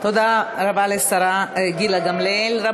תודה רבה לשרה גילה גמליאל.